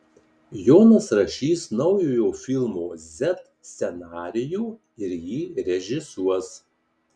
jonas rašys naujojo filmo z scenarijų ir jį režisuos